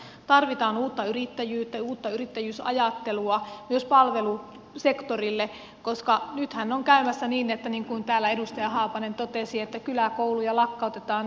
tarvitaan uutta yrittäjyyttä uutta yrittäjyysajattelua myös palvelusektorille koska nythän on käymässä niin niin kuin täällä edustaja haapanen totesi että kyläkouluja lakkautetaan ennätystahtiin